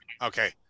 Okay